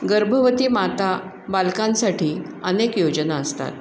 गर्भवती माता बालकांसाठी अनेक योजना असतात